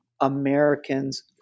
Americans